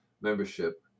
membership